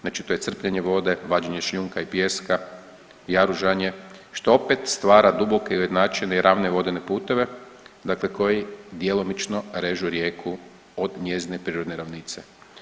Znači to je crpljenje vode, vađenje šljunka i pijeska, jaružanje što opet stvara duboke i ujednačene i ravne vodene puteve, dakle koji djelomično režu rijeku od njezine prirodne ravnice.